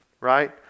right